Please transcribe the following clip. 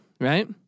right